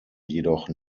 jedoch